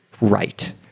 right